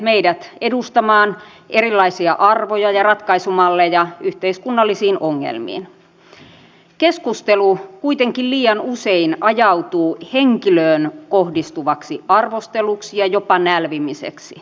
kuten monet muut täällä myös minä saan päivittäin postia kansalaisilta jotka kertovat pelkäävänsä omasta tai perheensä tai läheistensä puolesta